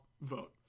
vote